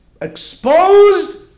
exposed